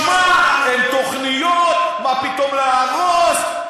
תשמע, אין תוכניות, מה פתאום להרוס.